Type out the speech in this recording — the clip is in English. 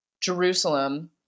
Jerusalem